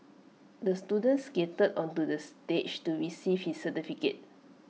the student skated onto the stage to receive his certificate